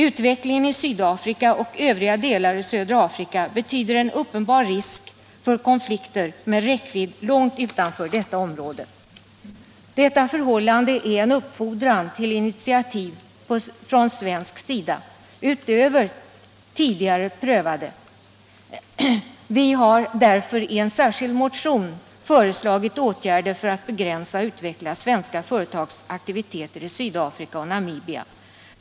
Utvecklingen i Sydafrika och övriga delar av södra Afrika betyder en uppenbar risk för konflikter med en räckvidd långt utanför detta område. Detta förhållande är en uppfordran till initiativ från svensk sida utöver tidigare prövade. Vi har därför i en särskild motion föreslagit åtgärder för att begränsa och avveckla svenska företagsaktiviteter i Sydafrika och Namibia.